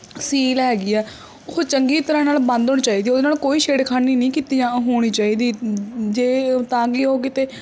ਸੀਲ ਹੈਗੀ ਆ ਉਹ ਚੰਗੀ ਤਰ੍ਹਾਂ ਨਾਲ ਬੰਦ ਹੋਣੀ ਚਾਹੀਦੀ ਆ ਉਹਦੇ ਨਾਲ ਕੋਈ ਛੇੜਖਾਨੀ ਨਹੀਂ ਕੀਤੀ ਹੋਣੀ ਚਾਹੀਦੀ ਜੇ ਤਾਂ ਕਿ ਉਹ ਕਿਤੇ